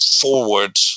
forward